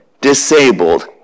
disabled